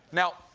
now,